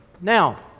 Now